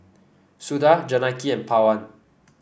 Suda Janaki and Pawan